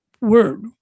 Word